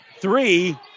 three